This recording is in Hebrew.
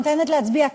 אני נותנת להצביע.